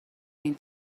این